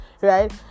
right